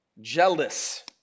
jealous